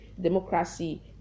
democracy